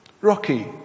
Rocky